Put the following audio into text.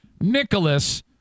Nicholas